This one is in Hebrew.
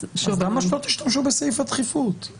אז למה שלא תשתמשו בסעיף הדחיפות?